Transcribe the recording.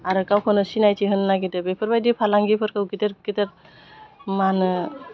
आरो गावखौनो सिनायथि होनो नायगिरदों बेफोरबायदि फालांगिफोरखौ गेदेर गेदेर मा होनो